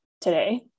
today